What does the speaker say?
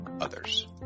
others